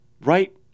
right